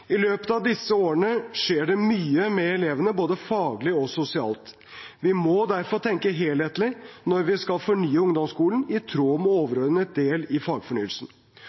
I løpet av disse årene skjer det mye med elevene, både faglig og sosialt. Vi må derfor tenke helhetlig når vi skal fornye ungdomsskolen, i tråd med overordnet del i fagfornyelsen.